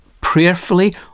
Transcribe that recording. prayerfully